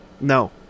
No